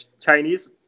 Chinese